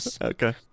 Okay